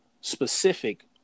specific